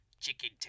chicken